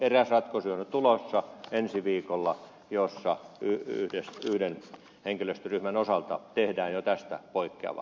mutta niin kuin sanoin ensi viikolla eräs ratkaisu on jo tulossa jossa yhden henkilöstöryhmän osalta tehdään tästä poikkeava